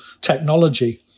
technology